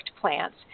plants